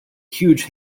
huge